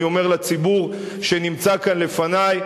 ואני אומר לציבור שנמצא כאן לפני,